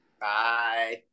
bye